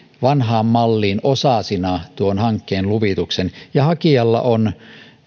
vanhaan malliin osasina tuon hankkeen luvituksen ja hakijalla on